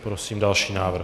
Prosím další návrh.